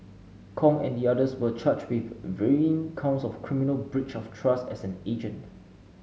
Kong and the others were charged with varying counts of criminal breach of trust as an agent